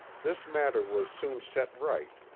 this matter was soon set right,